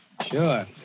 Sure